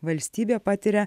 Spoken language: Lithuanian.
valstybė patiria